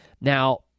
Now—